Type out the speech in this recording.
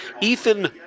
Ethan